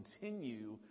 continue